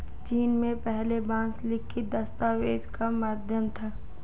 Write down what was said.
चीन में पहले बांस लिखित दस्तावेज का माध्यम था